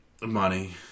Money